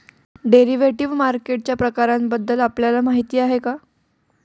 Derivative मार्केटच्या प्रकारांबद्दल आपल्याला माहिती आहे का?